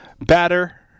batter